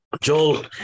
Joel